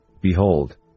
Behold